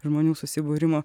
žmonių susibūrimo